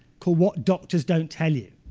called what doctors don't tell you,